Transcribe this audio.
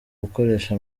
gukoresha